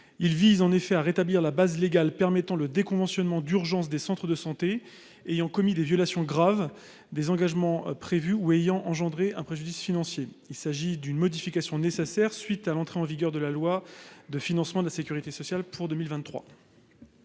Il vise en effet à rétablir la base légale permettant le déconventionnement d'urgence des centres de santé ayant commis des violations graves des engagements prévus ou ayant engendré un préjudice financier, il s'agit d'une modification nécessaire suite à l'entrée en vigueur de la loi de financement de la Sécurité sociale pour 2023.